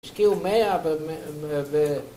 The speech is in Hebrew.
ה‫שקיעו מאה ב....